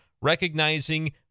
recognizing